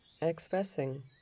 expressing